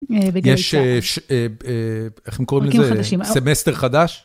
בגלי צה"ל, איך הם קוראים לזה? פרקים חדשים, סמסטר חדש?